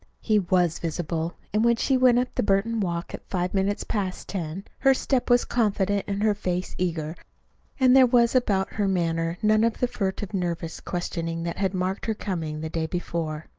he was visible and when she went up the burton walk at five minutes past ten, her step was confident and her face eager and there was about her manner none of the furtive, nervous questioning that had marked her coming the day before.